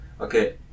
Okay